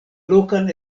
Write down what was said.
lokan